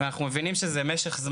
אנחנו מבינים שזה משך,